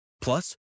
Plus